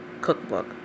cookbook